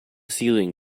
ceiling